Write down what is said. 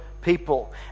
people